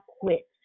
quit